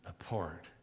apart